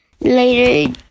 Later